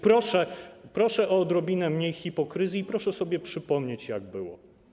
Proszę o odrobinę mniej hipokryzji i proszę sobie przypomnieć, jak było.